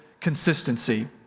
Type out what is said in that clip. consistency